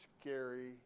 scary